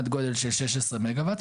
עד גודל של 16 מגה וואט,